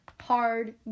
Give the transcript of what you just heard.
hard